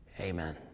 Amen